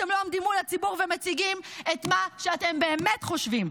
אתם לא עומדים מול הציבור ומציגים את מה שאתם באמת חושבים,